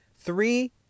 three